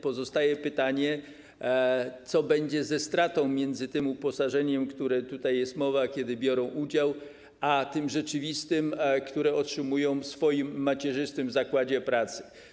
Pozostaje pytanie, co będzie ze stratą, różnicą między tym uposażeniem, o którym jest mowa, kiedy biorą udział, a tym rzeczywistym, które otrzymują w macierzystym zakładzie pracy.